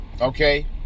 okay